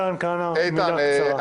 מתן כהנא, בבקשה.